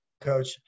coach